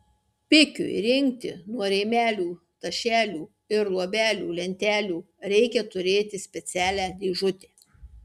pikiui rinkti nuo rėmelių tašelių ir luobelių lentelių reikia turėti specialią dėžutę